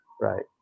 Right